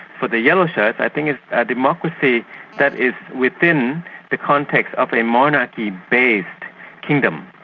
for the yellow-shirts, i think it's a democracy that is within the context of a monarch-based kingdom.